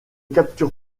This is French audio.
capture